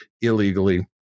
illegally